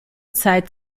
zeit